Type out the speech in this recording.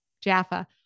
Jaffa